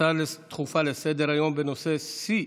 להצעות דחופות לסדר-היום בנושא: שיא